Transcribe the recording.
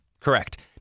Correct